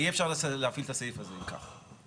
אי אפשר להפעיל הזה אם כך.